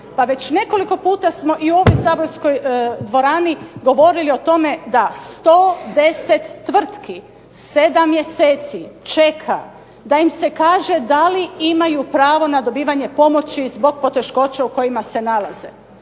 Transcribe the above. pa već nekoliko puta smo i u ovoj saborskoj dvorani govorili o tome da 110 tvrtki 7 mjeseci čeka da im se kaže da li imaju pravo na dobivanje pomoći zbog poteškoća u kojim se nalaze.